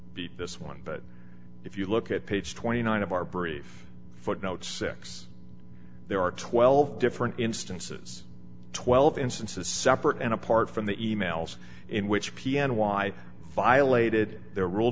beat this one but if you look at page twenty nine of our brief footnote six there are twelve different instances twelve instances separate and apart from the e mails in which p n y violated their rule